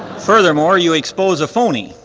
furthermore, you expose a phony.